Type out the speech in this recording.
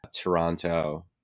Toronto